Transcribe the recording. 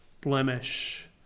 blemish